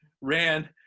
ran